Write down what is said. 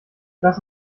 lass